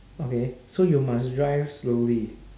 okay so you must drive slowly